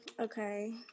Okay